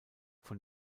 von